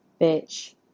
bitch